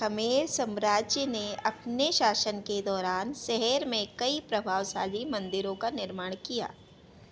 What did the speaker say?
Khmer साम्राज्य ने अपने शासन के दौरान शहर में कई प्रभावशाली मन्दिरों का निर्माण किया